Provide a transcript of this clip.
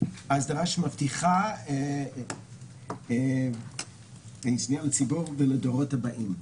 --- אסדרה שמבטיחה את האינטרסים של הדורות הבאים.